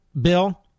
bill